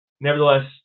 nevertheless